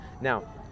Now